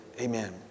Amen